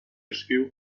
ryū